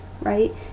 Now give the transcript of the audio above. right